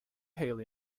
healy